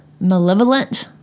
Malevolent